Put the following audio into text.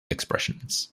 expressions